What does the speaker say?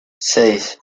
seis